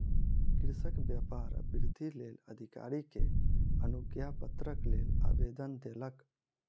कृषक व्यापार वृद्धिक लेल अधिकारी के अनुज्ञापत्रक लेल आवेदन देलक